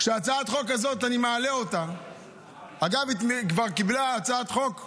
כשאני מעלה את הצעת החוק הזאת,